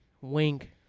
Wink